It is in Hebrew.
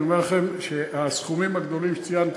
אני אומר לכם שהסכומים הגדולים שציינתי,